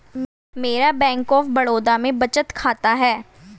मेरा bank of Baroda में बचत खाता है